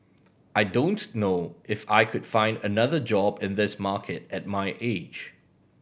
I don't know if I could find another job in this market at my age